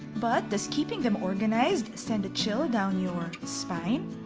but does keeping them organized send a chill down your spine?